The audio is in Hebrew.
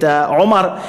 עומר,